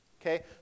Okay